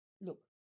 look